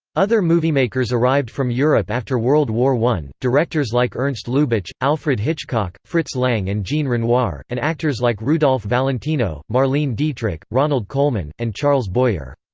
other moviemakers arrived from europe after world war i directors like ernst lubitsch, alfred hitchcock, fritz lang and jean renoir and actors like rudolph valentino, marlene dietrich, ronald colman, and charles boyer.